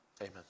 amen